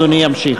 אדוני ימשיך.